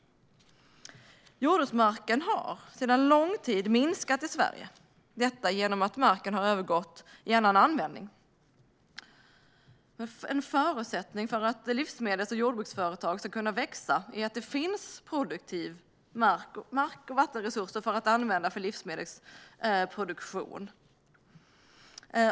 Sedan lång tid tillbaka har jordbruksmarken i Sverige minskat - detta genom att marken har övergått till en annan användning. En förutsättning för att livsmedels och jordbruksföretag ska kunna växa är att det finns produktiv mark och vattenresurser som kan användas för livsmedelsproduktion.